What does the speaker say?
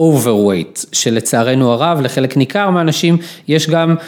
Overweight שלצערנו הרב לחלק ניכר מהאנשים יש גם